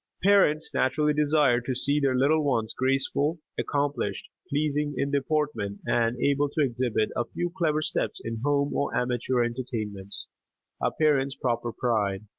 parents naturally desire to see their little ones graceful, accomplished, pleasing in deportment, and able to exhibit a few clever steps in home or amateur entertainments a parent's proper pride.